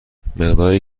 مقداری